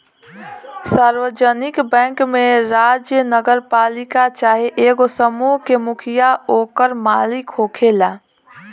सार्वजानिक बैंक में राज्य, नगरपालिका चाहे एगो समूह के मुखिया ओकर मालिक होखेला